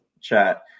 chat